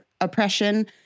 oppression